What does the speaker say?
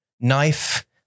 knife